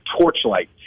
Torchlight